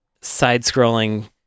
side-scrolling